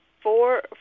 four